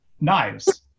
knives